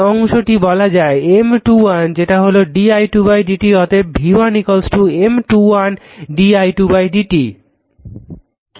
সুতরাং এই অংশটিকে বলা হয় M12 যেটা হলো di2 dt অতএব v1 M12 di2 dt